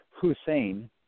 Hussein